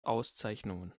auszeichnungen